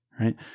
right